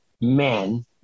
man